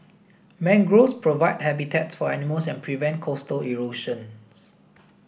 mangroves provide habitats for animals and prevent coastal erosions